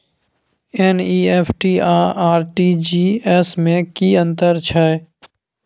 NEFT आ RTGS में की अन्तर छै?